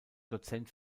dozent